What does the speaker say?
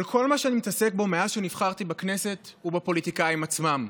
אבל כל מה שאני מתעסק בו מאז שנבחרתי לכנסת הוא הפוליטיקאים עצמם.